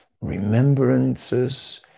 remembrances